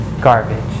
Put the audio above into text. garbage